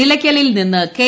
നിലയ്ക്കലിൽ നിന്ന് കെ